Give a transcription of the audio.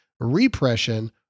repression